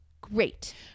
Great